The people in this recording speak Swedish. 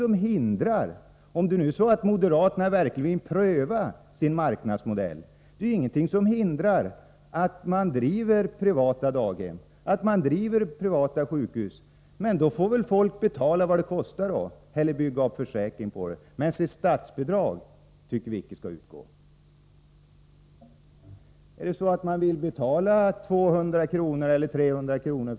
Men om moderaterna nu verkligen vill pröva sin marknadsmodell är det ingenting som hindrar att man driver privata daghem och privata sjukhus. Då får väl folk betala vad det kostar, eller också får man bygga upp en försäkring för det — men statsbidrag tycker vi inte skall utgå. Om man vill betala 200 eller 300 kr.